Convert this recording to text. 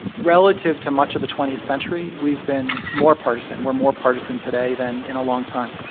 relative to much of the twentieth century, we've been more partisan. we're more partisan today than in a long time.